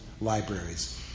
libraries